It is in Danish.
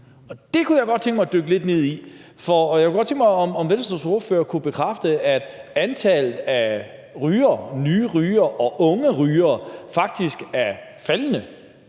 det kunne jeg godt tænke mig at dykke lidt ned i. Så jeg kunne godt tænke mig at høre, om Venstres ordfører kan bekræfte, at antallet af nye rygere og unge rygere faktisk er faldende.